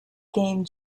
game